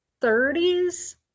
30s